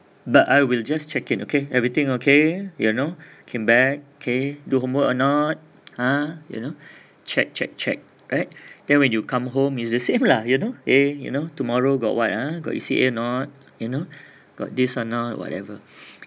but I will just check in okay everything okay you know came back K do homework or not are you know check check check right then when you come home is the same lah you know A you know tomorrow got what ah got E_C_A not you know got this now whatever